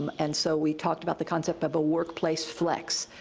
um and so we talked about the concept of a workplace flex,